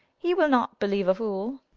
he will not believe a fool.